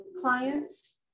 clients